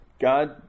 God